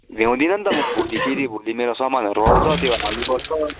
भ्याउँदिन नि त म भोलि फेरि भोलि मेरो सामानहरू आउँछ त्यो हाल्नुपर्छ